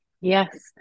Yes